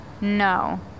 No